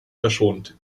verschont